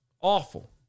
Awful